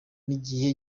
n’igihe